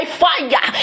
fire